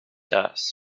dust